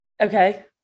Okay